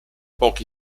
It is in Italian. pochi